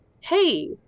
hey